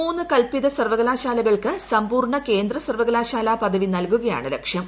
മൂന്ന് കൽപിത സർവ്വകലാശാലകൾക്ക് സമ്പൂർണ്ണ കേന്ദ്ര സർവ്വകലാശാല പദവി നൽകുകയാണ് ലക്ഷ്യം